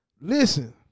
Listen